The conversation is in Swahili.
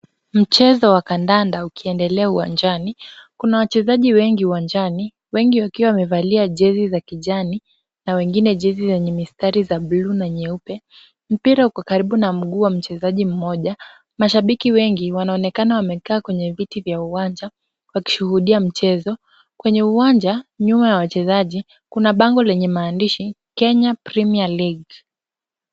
Mchezo wa kandanda ukiendelea uwanjani. Kuna wachezaji wengi uwanjani, wengi wakiwa wamevalia jezi za kijani na wengine jezi zenye mistari za buluu na nyeupe. Mpira uko karibu na mguu wa mchezaji mmoja. Mashabiki wengi wanaonekana wamekaa kwenye viti vya uwanja wakishuhudia mchezo. Kwenye uwanja nyuma ya wachezaji, kuna bango lenye maandishi Kenya premier league .